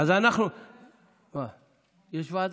יש ועדה.